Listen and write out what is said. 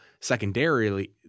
secondarily